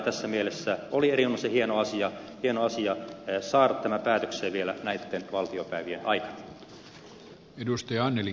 tässä mielessä oli erinomaisen hieno asia saada tämä päätökseen vielä näitten valtiopäivien aikana